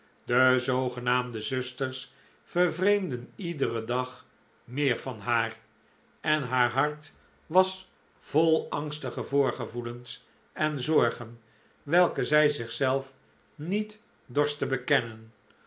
de zoogenaamde zusters vervreemden iederen dag meer van haar en haar hart was vol angstige voorgevoelens en zorgen welke zij zichzelf niet dorst te bekennen